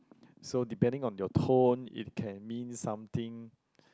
so depending on your tone it can mean something